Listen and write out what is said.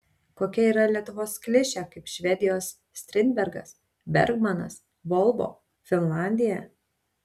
kokia yra lietuvos klišė kaip švedijos strindbergas bergmanas volvo finlandija